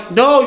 no